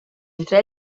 entre